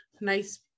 nice